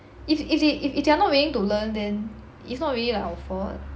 if they if if they are not willing to learn then it's not really like our fault